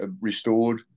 restored